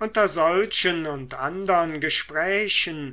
unter solchen und andern gesprächen